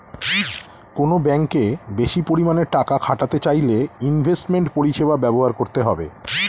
কোনো ব্যাঙ্কে বেশি পরিমাণে টাকা খাটাতে চাইলে ইনভেস্টমেন্ট পরিষেবা ব্যবহার করতে হবে